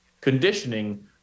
conditioning